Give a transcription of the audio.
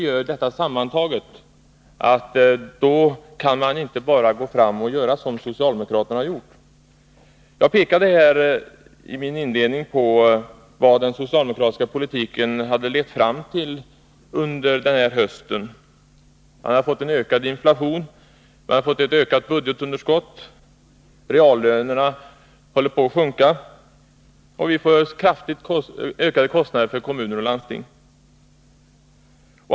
Med detta sammantaget kan man inte bara gå fram och göra som socialdemokraterna vill. Jag pekade i min inledning på vad den socialdemokratiska politiken hade lett fram till under hösten. Vi har fått en ökad inflation och ett ökat budgetunderskott, reallönerna håller på att sjunka och man får kraftigt ökade kostnader i kommuner och landsting.